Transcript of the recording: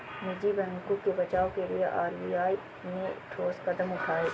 निजी बैंकों के बचाव के लिए आर.बी.आई ने ठोस कदम उठाए